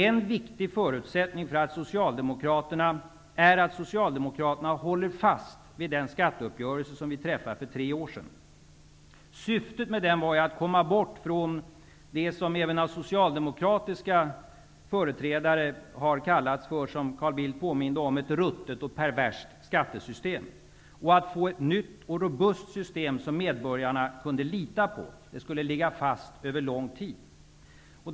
En viktig förutsättning är att Socialdemokraterna håller fast vid den skatteuppgörelse som vi träffade för tre år sedan. Syftet med den var, som Carl Bildt påminde om, att komma bort från det som även av socialdemokratiska företrädare har kallats för ett perverst skattesystem och att få ett nytt och robust skattesystem som medborgarna kunde lita på. Det skulle ligga fast över lång tid.